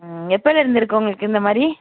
எப்பயிலேருந்து இருக்கு உங்களுக்கு இந்தமாதிரி